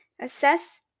assess